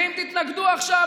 ואם תתנגדו עכשיו,